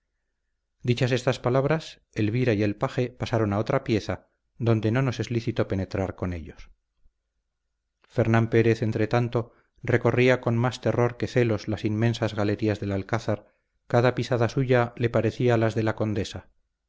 dichas estas palabras elvira y el paje pasaron a otra pieza donde no nos es lícito penetrar con ellos fernán pérez entretanto recorría con más terror que celos las inmensas galerías del alcázar cada pisada suya le parecía las de la condesa